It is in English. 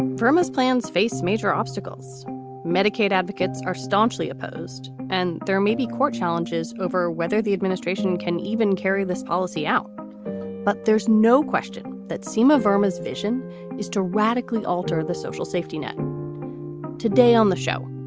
vermont plans face major obstacles medicaid advocates are staunchly opposed and there may be court challenges over whether the administration can even carry this policy out but there's no question that seyma vermes vision is to radically alter the social safety net today on the show,